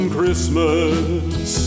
Christmas